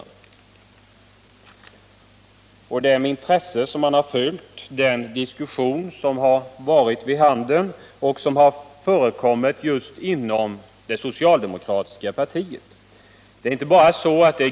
Med intresse har jag följt den diskussion som har förekommit inom det socialdemokratiska partiet.